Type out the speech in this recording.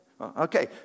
Okay